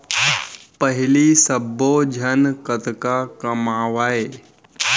पहिली सब्बे झन कतका कमावयँ